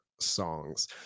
songs